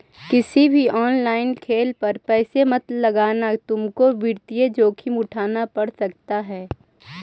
किसी भी ऑनलाइन खेल पर पैसे मत लगाना तुमको वित्तीय जोखिम उठान पड़ सकता है